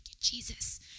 Jesus